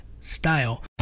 style